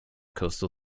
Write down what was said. coastal